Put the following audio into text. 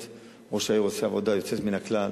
ראש העיר עושה עבודה יוצאת מן הכלל,